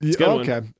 Okay